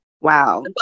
Wow